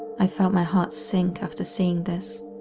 i felt my heart sink after seeing this.